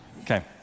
Okay